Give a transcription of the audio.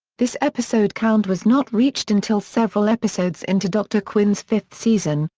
this episode count was not reached until several episodes into dr. quinn's fifth season,